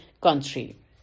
country